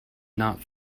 not